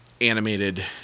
animated